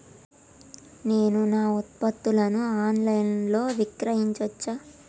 నేను నా ఉత్పత్తులను ఆన్ లైన్ లో విక్రయించచ్చా?